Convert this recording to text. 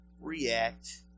react